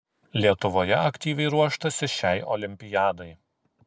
lietuvoje aktyviai ruoštasi šiai olimpiadai